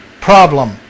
problem